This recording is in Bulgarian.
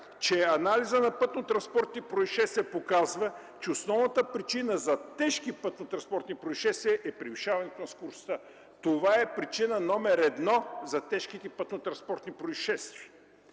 „анализът на пътно-транспортните произшествия показва, че основната причина за тежки пътно-транспортни произшествия е превишаването на скоростта”. Това е причина номер едно за тежките пътно-транспортни произшествия.